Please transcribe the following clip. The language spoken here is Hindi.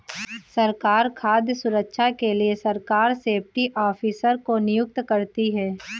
सरकार खाद्य सुरक्षा के लिए सरकार सेफ्टी ऑफिसर को नियुक्त करती है